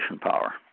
power